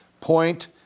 point